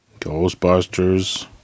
Ghostbusters